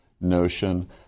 notion